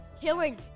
Killing